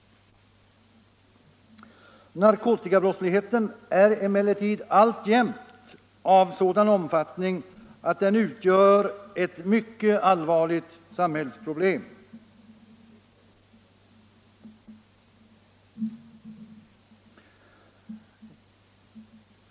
Narkotikabrottsligheten är emellertid alltjämt av sådan omfattning att den utgör ett mycket allvarligt samhällsproblem.